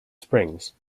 springs